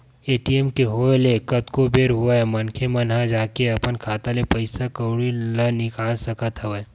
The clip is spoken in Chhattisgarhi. ए.टी.एम के होय ले कतको बेर होय मनखे मन ह जाके अपन खाता ले पइसा कउड़ी ल निकाल सकत हवय